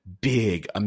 big